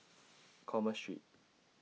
Commerce Street